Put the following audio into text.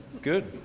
good.